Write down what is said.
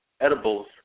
edibles